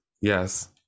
yes